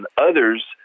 others